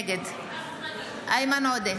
נגד איימן עודה,